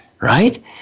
right